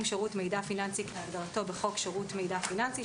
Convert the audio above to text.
שירות מידע פיננסי כהגדרתו בחוק שירות מידע פיננסי,